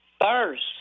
first